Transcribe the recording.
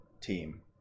team